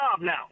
now